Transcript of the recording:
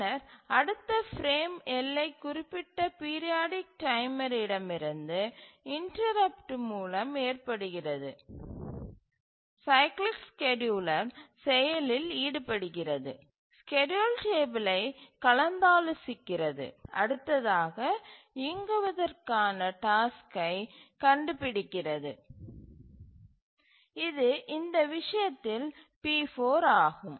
பின்னர் அடுத்த பிரேம் எல்லை குறிப்பிட்ட பீரியாடிக் டைமர் இடமிருந்து இன்டரப்ட்டு மூலம் ஏற்படுகிறது சைக்கிளிக் ஸ்கேட்யூலர் செயலில் ஈடுபடுகிறது ஸ்கேட்யூல் டேபிளை கலந்தாலோசிக்கிறது அடுத்ததாக இயங்குவதற்கான டாஸ்க்கை க் கண்டுபிடிக்கிறது இது இந்த விஷயத்தில் p4 ஆகும்